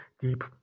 deep